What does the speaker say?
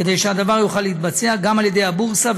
כדי שהדבר יוכל להתבצע גם על ידי הבורסה,